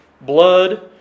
blood